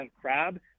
crab